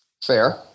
Fair